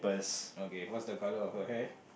okay what's the colour of her hair